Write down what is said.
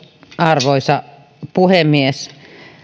arvoisa puhemies